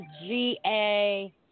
GA